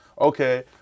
okay